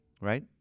right